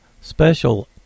special